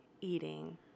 eating